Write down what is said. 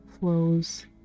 flows